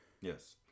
Yes